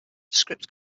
script